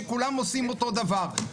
שכולם עושים אותו דבר.